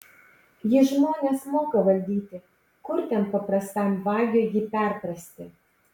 jis žmones moka valdyti kur ten paprastam vagiui jį perprasti